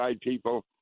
people